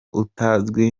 utazwi